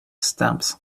stamps